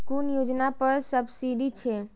कुन योजना पर सब्सिडी छै?